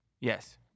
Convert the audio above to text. Yes